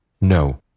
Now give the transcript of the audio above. No